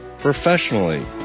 Professionally